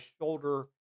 shoulder